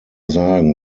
sagen